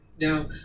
Now